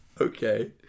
Okay